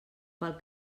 pel